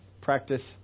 practice